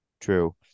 True